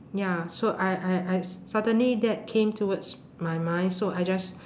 ya so I I I suddenly that came towards my mind so I just